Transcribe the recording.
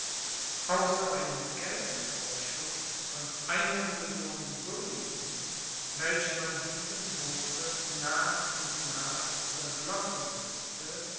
außer einem geldvorschuß von einer million gulden welche man diesem hofe nach und nach zu entlocken wußte